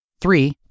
Three